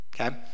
okay